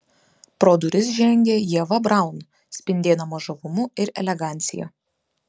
pro duris žengė ieva braun spindėdama žavumu ir elegancija